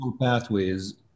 pathways